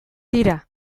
tira